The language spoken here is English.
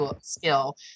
skill